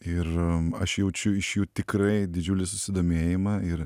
ir aš jaučiu iš jų tikrai didžiulį susidomėjimą ir